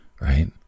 right